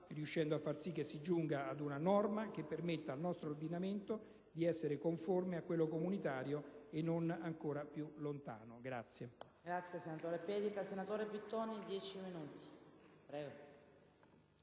riuscendo a far sì che si giunga ad una norma che permetta al nostro ordinamento di essere conforme a quello comunitario e non ancora più lontano.